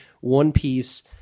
one-piece